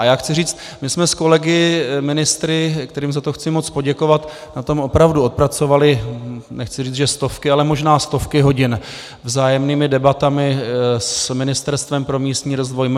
A já chci říct, my jsme s kolegy ministry, kterým za to chci moc poděkovat, na tom opravdu odpracovali nechci říct, že stovky, ale možná stovky hodin vzájemnými debatami s Ministerstvem pro místní rozvoj, MŽP.